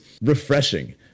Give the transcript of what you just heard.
refreshing